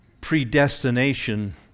predestination